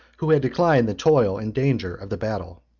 who had declined the toil and danger of the battle.